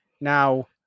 now